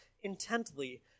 intently